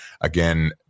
Again